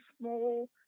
small